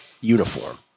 uniform